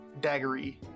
daggery